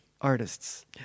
artists